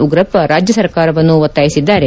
ಉಗ್ರಪ್ಪ ರಾಜ್ಯ ಸರ್ಕಾರವನ್ನು ಒತ್ತಾಯಿಸಿದ್ದಾರೆ